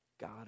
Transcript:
god